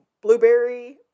blueberry